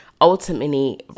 ultimately